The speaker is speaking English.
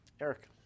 Eric